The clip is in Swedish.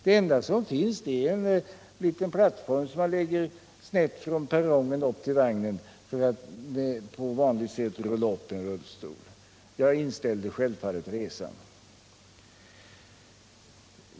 Det enda som finns är en liten plattform som man lägger snett från perrongen och upp till vagnen för att på vanligt sätt rulla upp en rullstol. Jag inställde självfallet resan.